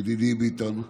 ידידי ביטון,